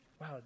wow